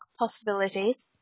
possibilities